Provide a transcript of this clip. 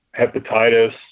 hepatitis